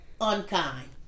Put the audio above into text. unkind